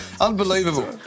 Unbelievable